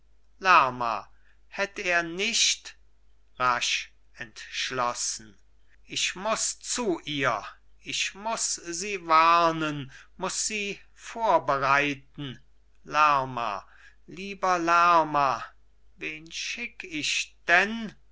lerma hätt er nicht rasch entschlossen ich muß zu ihr ich muß sie warnen muß sie vorbereiten lerma lieber lerma wen schick ich denn